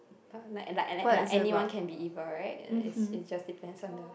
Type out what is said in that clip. uh like like like anyone can be evil [right] is is just depends on the